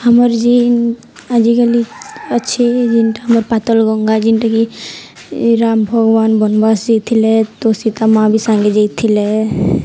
ଆମର ଯେ ଆଜିକାଲି ଅଛି ଯେନ୍ଟା ଆମର ପାତଲ ଗଙ୍ଗା ଯେନ୍ଟାକି ରାମ ଭଗବାନ ବନବାସ ଯାଇଥିଲେ ତୋ ସୀତା ମା' ବି ସାଙ୍ଗେ ଯାଇଥିଲେ